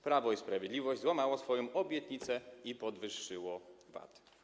Prawo i Sprawiedliwość złamało swoją obietnicę i podwyższyło VAT.